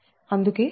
అందుకే D